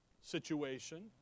situation